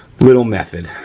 little method.